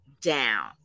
down